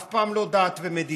אף פעם לא דת ומדינה,